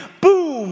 Boom